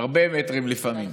הרבה מטרים לפעמים.